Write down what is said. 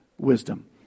wisdom